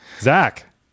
Zach